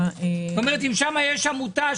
כלומר אם שם יש עמותה,